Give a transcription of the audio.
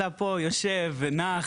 אתה פה יושב ונח.